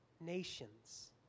nations